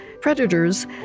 predators